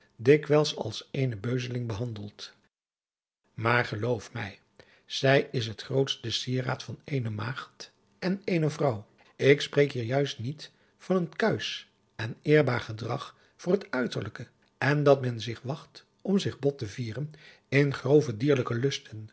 dikwijls als eene beuzeling behandeld maar geloof mij zij is het grootste sieraad van eene maagd en eene vrouw ik spreek hier juist niet van een kuisch en eerbaar gedrag voor het uiterlijke en dat men zich wacht om zich bot te vieren in grove dierlijke lusten